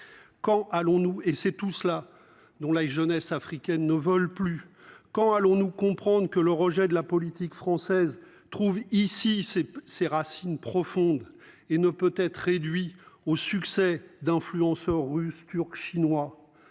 Quand allons-nous et c'est tout cela dont la jeunesse africaine ne vole plus quand allons-nous comprendre que le rejet de la politique française, trouve ici ses ses racines profondes et ne peut être réduit au succès d'influenceurs, russes, turcs, chinois.